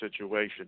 situation